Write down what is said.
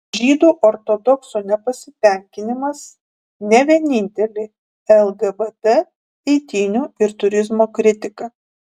žydų ortodoksų nepasitenkinimas ne vienintelė lgbt eitynių ir turizmo kritika